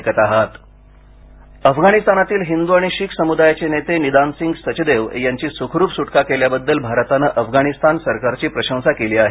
अफगाण हिंदू अफगाणिस्तानातील हिंदू आणि शीख समुदायाचे नेते निदानसिंग सचदेव यांची सुखरूप सुटका केल्याबद्दल भारतानं अफगाणिस्तान सरकारची प्रशंसा केली आहे